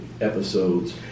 episodes